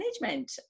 management